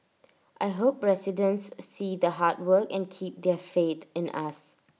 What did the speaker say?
I hope residents see the hard work and keep their faith in us